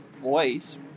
voice